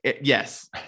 yes